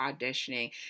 auditioning